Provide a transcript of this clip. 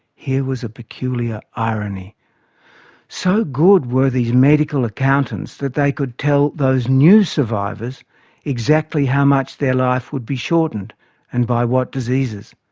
here was a peculiar irony so good were these medical accountants that they could tell those new survivors exactly how much their life would be shortened and by what diseases.